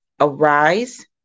arise